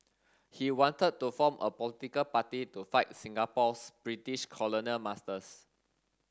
he wanted to form a political party to fight Singapore's British colonial masters